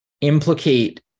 implicate